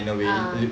ah